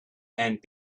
and